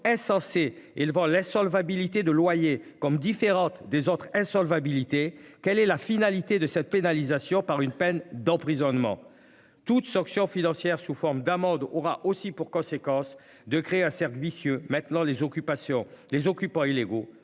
insensé. Ils vont l'insolvabilité de loyer comme différente des autres elle solvabilité. Quelle est la finalité de cette pénalisation par une peine d'emprisonnement toute sanction financière sous forme d'amendes aura aussi pour conséquence de créer un cercle vicieux maintenant les occupations,